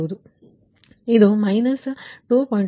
ಆದ್ದರಿಂದ ಇದು −2